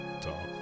talk